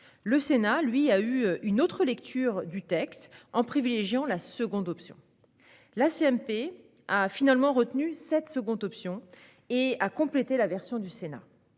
Le Sénat, lui, a eu une autre lecture du texte, en privilégiant la seconde option. La commission mixte paritaire a finalement retenu cette seconde option et a complété la version du Sénat.